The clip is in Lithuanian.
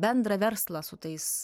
bendrą verslą su tais